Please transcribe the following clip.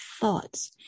thoughts